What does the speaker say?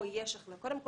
קודם כל,